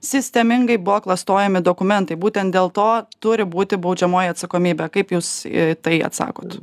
sistemingai buvo klastojami dokumentai būtent dėl to turi būti baudžiamoji atsakomybė kaip jūs į tai atsakot